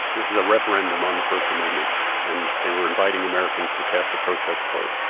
this is a referendum on the first amendment, and they were inviting americans to cast a protest vote.